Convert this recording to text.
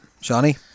Johnny